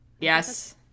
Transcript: Yes